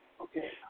Okay